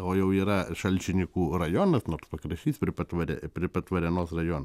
o jau yra šalčininkų rajonas nu pakraštys prie pat varė prie pat varėnos rajono